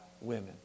women